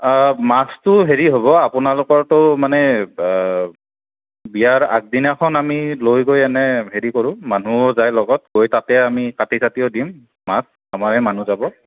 মাছটো হেৰি হ'ব আপোনলোকৰতো মানে বিয়াৰ আগদিনাখন আমি লৈ গৈ এনে হেৰি কৰোঁ মানুহো যায় লগত গৈ তাতে আমি কাটি কাটি চাটি দিম মাছ আমাৰে মানুহ যাব